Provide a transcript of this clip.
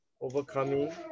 overcoming